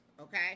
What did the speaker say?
okay